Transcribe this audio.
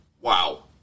Wow